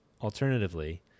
alternatively